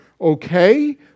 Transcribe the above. okay